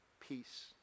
peace